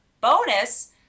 Bonus